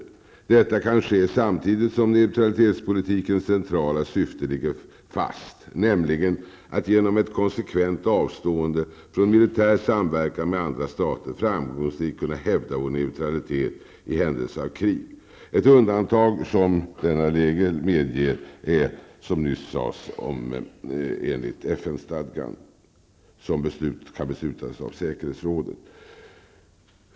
Detta kan ske samtidigt som neutralitetspolitikens centrala syfte ligger fast, nämligen att genom ett konsekvent avstående från militär samverkan med andra stater framgångsrikt kunna hävda vår neutralitet i händelse av krig. Ett undantag som denna linje medger är deltagande i de sanktioner som enligt FNs stadga kan beslutas av säkerhetsrådet.''